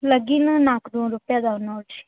legging ನಾಲ್ಕು ನೂರು ರೂಪಾಯಿ ಅದಾವೆ ನೋಡಿರಿ